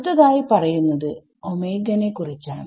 അടുത്തതായി പറയുന്നത് നെ കുറിച്ചാണ്